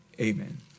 Amen